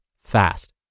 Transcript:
fast